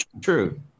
True